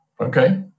Okay